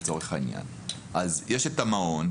יש את המעון,